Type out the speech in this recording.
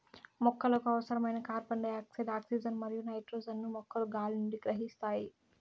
మొక్కలకు అవసరమైన carbon dioxide, oxygen మరియు నైట్రోజన్ ను మొక్కలు గాలి నుండి గ్రహిస్తాయి